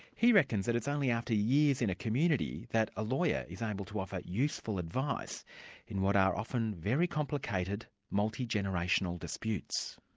he reckons that it's only after years in a community that a lawyer is able to offer useful advice in what are often very complicated, multi-generational disputes.